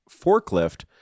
forklift